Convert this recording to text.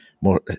more